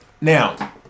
Now